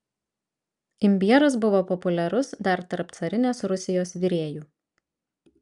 imbieras buvo populiarus dar tarp carinės rusijos virėjų